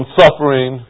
suffering